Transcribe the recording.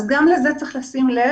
אז גם לזה צריך לשים לב.